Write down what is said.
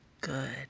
good